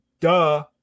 Duh